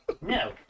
No